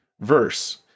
verse